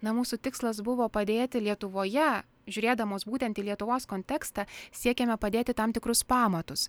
na mūsų tikslas buvo padėti lietuvoje žiūrėdamos būtent į lietuvos kontekstą siekiame padėti tam tikrus pamatus